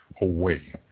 away